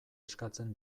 eskatzen